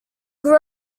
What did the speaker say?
grew